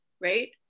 right